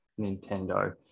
Nintendo